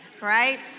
right